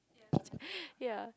ya